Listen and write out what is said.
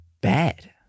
bad